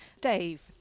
dave